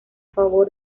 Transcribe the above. favor